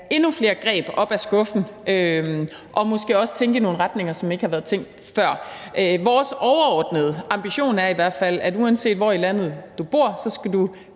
endnu flere greb op af skuffen og måske også tænke i nogle retninger, som der ikke har været tænkt i før. Vores overordnede ambition er i hvert fald, at uanset hvor i landet du bor, skal du